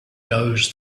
knows